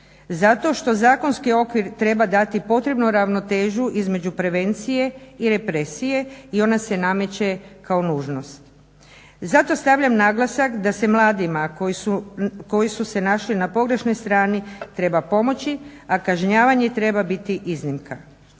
Zato što zakonski okvir treba dati potrebnu ravnotežu između prevencije i represije i ona se nameće kao nužnost. Zato stavljam naglasak da se mladima koji su se našli na pogrešnoj strani treba pomoći, a kažnjavanje treba biti iznimka.